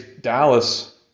Dallas